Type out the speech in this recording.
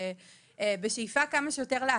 בשאיפה להקל כמה שיותר.